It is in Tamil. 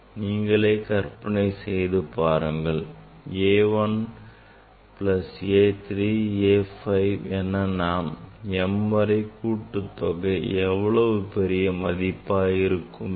நீங்களே கற்பனை செய்து பாருங்கள் A 1 plus A 3 plus A 5 plus என்று m வரை கூட்டுத்தொகை எவ்வளவு பெரிய மதிப்பாய் இருக்கும் என்று